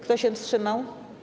Kto się wstrzymał?